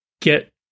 get